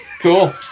Cool